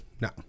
No